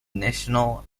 national